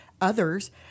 others